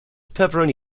pepperoni